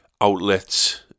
outlets